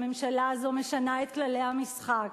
הממשלה הזאת משנה את כללי המשחק,